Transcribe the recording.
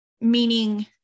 meaning